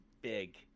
big